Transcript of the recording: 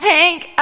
Hank